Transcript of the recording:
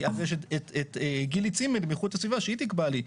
כי אז יש את גילי צימנד מאיכות הסביבה שהיא תקבע לי.